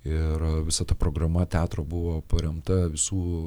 ir visa ta programa teatro buvo paremta visų